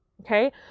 Okay